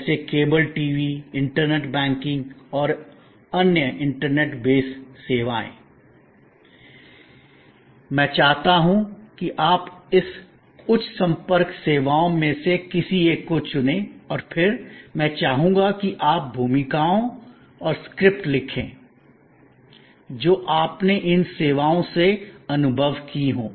जैसे cable TV internet banking और अन्य इंटरनेट बेस सेवाएं मैं चाहता हूं आप इस उच्च संपर्क सेवाओं में से किसी एक को चुने और फिर मैं चाहूंगा कि आप भूमिकाएं और स्क्रिप्ट लिखें जो आपने इन सेवाओं से अनुभव की हो